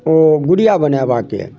ओ गुड़िआ बनेबाके